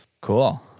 Cool